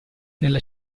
nella